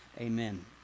Amen